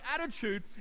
attitude